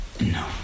No